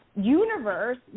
universe